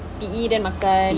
P_E then makan